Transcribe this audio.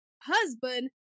husband